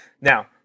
Now